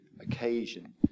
occasion